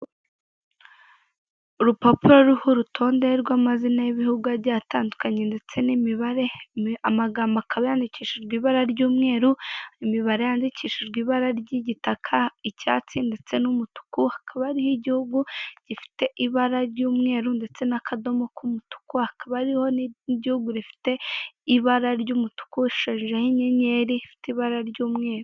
Urupapuro ruriho urutonde rw'amazina y'ibihugu agiye atandukanye ndetse n'imibare, amagambo akaba yandikishijwe ibara ry'umweru, imibare yandikishijwe ibara ry'igitaka, icyatsi, ndetse n'umutuku, hakaba ari igihugu gifite ibara ry'umweru ndetse n'akadomo k'umutuku, hakaba ariho n'igihugu rifite ibara ry'umutuku rishushanyijeho inyenyeri ifite ibara ry'umweru.